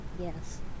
Yes